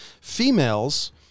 females